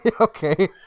Okay